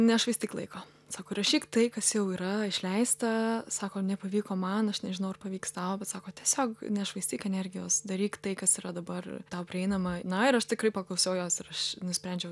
nešvaistyk laiko sako įrašyk tai kas jau yra išleista sako nepavyko man aš nežinau ar pavyks tau bet sako tiesiog nešvaistyk energijos daryk tai kas yra dabar tau prieinama na ir aš tikrai paklausiau jos ir aš nusprendžiau